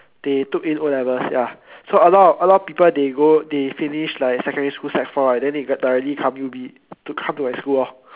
they took in O-levels ya so a lot a lot of people they go they finish like secondary school sec four right then they get directly come you be come to my school lor